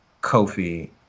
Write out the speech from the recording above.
Kofi